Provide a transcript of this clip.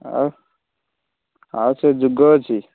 ଆଉ ଆଉ ସେ ଯୁଗ ଅଛି